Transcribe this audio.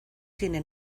tiene